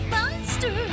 Monster